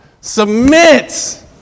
Submit